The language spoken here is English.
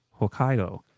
Hokkaido